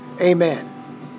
amen